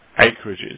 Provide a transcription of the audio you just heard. acreages